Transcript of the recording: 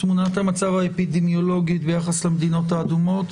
תמונת המצב האפידמיולוגית ביחס למדינות האדומות,